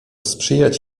sprzyjać